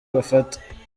bafata